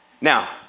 Now